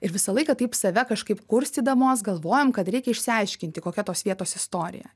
ir visą laiką taip save kažkaip kurstydamos galvojom kad reikia išsiaiškinti kokia tos vietos istorija